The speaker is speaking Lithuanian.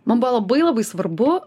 man buvo labai labai svarbu